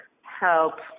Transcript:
help